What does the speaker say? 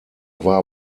war